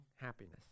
happiness